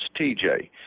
tj